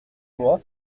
moi